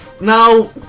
now